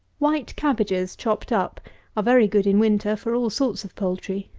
white cabbages chopped up are very good in winter for all sorts of poultry.